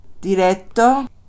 Diretto